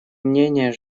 мнения